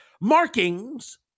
markings